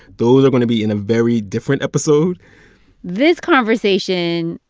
those are going to be in a very different episode this conversation,